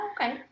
okay